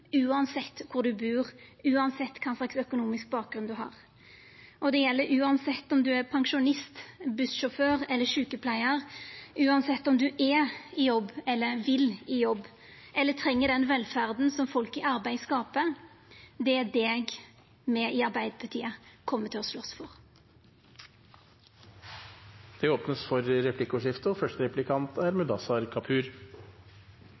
uansett kvar du bur, uansett kva slags økonomisk bakgrunn du har. Og det gjeld uansett om du er pensjonist, bussjåfør eller sjukepleiar, uansett om du er i jobb, vil i jobb, eller treng den velferda som folk i arbeid skaper. Det er deg me i Arbeidarpartiet kjem til å slåst for. Det blir replikkordskifte. Lederen av Fellesforbundet har sagt det godt: «Vi er